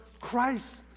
Christ